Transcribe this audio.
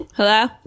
Hello